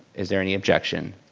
is there any objection?